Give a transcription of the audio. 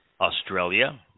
Australia